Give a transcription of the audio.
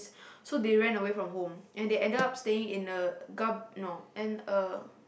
so they ran away from home and they ended up staying in a garb~ no in a